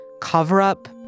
cover-up